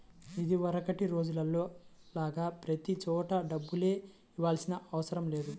ఇదివరకటి రోజుల్లో లాగా ప్రతి చోటా డబ్బుల్నే చెల్లించాల్సిన అవసరం లేదు